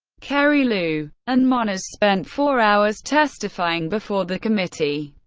kerry, lew, and moniz spent four hours testifying before the committee.